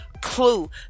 clue